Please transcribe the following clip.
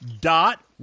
dot